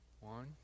One